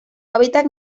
hábitat